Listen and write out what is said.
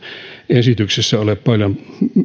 esityksessä ole paljon